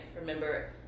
remember